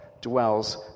dwells